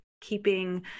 keeping